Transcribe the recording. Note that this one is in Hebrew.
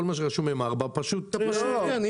על כל מה שרשום M4 פשוט --- פשוט אין,